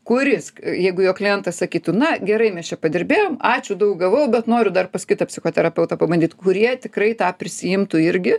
kuris jeigu jo klientas sakytų na gerai mes čia padirbėjom ačiū daug gavau bet noriu dar pas kitą psichoterapeutą pabandyt kurie tikrai tą prisiimtų irgi